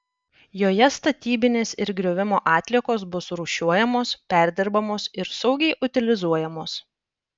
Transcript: joje statybinės ir griovimo atliekos bus rūšiuojamos perdirbamos ir saugiai utilizuojamos